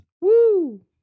Woo